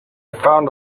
found